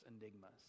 enigmas